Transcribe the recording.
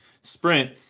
sprint